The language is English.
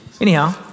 Anyhow